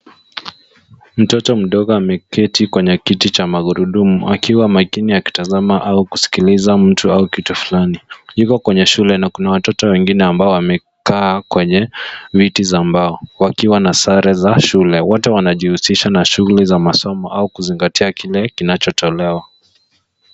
Mtoto mdogo ameketi kwenye kiti cha magurudumu akiwa makini akitazama au kusikiliza mtu au kitu fulani , yuko kwenye shule na kuna watoto ambao wamekaa kwenye viti za mbao wakiwa na sare za shule, wote wana jihusisha na shughuli za masomo na kuzingatia kile kinachotolea.